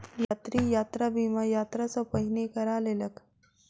यात्री, यात्रा बीमा, यात्रा सॅ पहिने करा लेलक